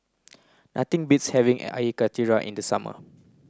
nothing beats having Karthira in the summer